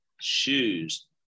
shoes